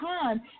time